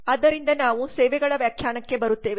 ಆದ್ದರಿಂದ ನಾವು ಸೇವೆಗಳ ವ್ಯಾಖ್ಯಾನಕ್ಕೆ ಬರುತ್ತೇವೆ